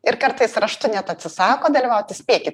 ir kartais raštu net atsisako dalyvauti spėkit